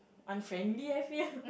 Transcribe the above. unfriendly I feel